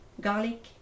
garlic